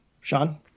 Sean